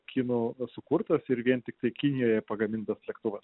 kinų sukurtas ir vien tiktai kinijoje pagamintas lėktuvas